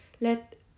let